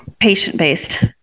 patient-based